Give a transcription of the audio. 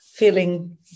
feeling